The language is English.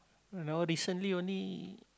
now recently only